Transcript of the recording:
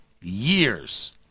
years